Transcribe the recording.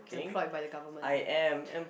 employed by the government